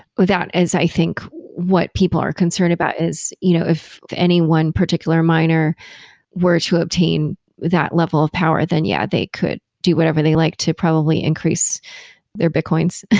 without as i think what people are concerned about is you know if any one particular miner were to obtain that level of power, then yeah, they could do whatever they like to probably increase their bitcoins,